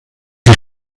die